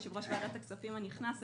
יושב-ראש ועדת הכספים הנכנס,